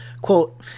Quote